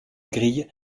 grille